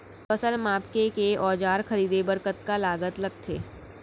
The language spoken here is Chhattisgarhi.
फसल मापके के औज़ार खरीदे बर कतका लागत लगथे?